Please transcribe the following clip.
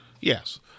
yes